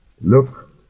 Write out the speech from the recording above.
look